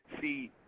see